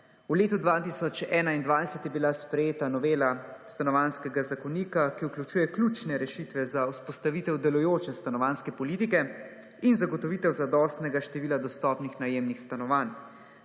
V letu 2021 je bila sprejeta novela stanovanjskega zakonika, ki vključuje ključne rešitve za vzpostavitev delujoče stanovanjske politike in zagotovitev zadostnega števila dostopnih najemnih stanovanj.